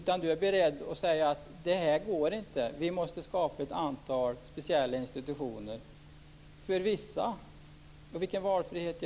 Han är beredd att säga att detta inte går, att vi måste skapa ett antal speciella institutioner för vissa. Vilken valfrihet är det?